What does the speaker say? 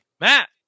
Matt